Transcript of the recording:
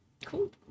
Cool